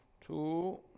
two